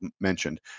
mentioned